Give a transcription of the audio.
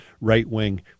right-wing